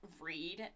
read